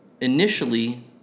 initially